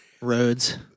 Roads